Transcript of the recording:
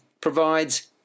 provides